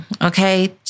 okay